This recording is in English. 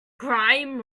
grime